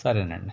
సరేనండి